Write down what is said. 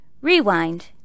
Rewind